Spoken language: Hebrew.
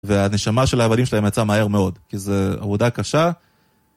והנשמה של העבדים שלהם יצאה מהר מאוד, כי זה עבודה קשה.